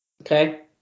Okay